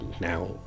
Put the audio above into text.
now